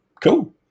cool